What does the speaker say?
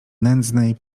nędznej